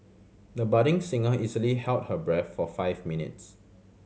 the budding singer easily held her breath for five minutes